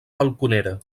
balconera